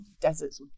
deserts